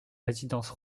résidence